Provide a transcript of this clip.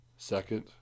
second